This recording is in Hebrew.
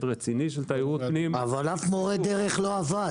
רציני של תיירות פנים --- אבל אף מורה דרך לא עבד.